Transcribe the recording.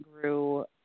grew